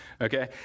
okay